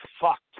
fucked